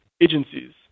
agencies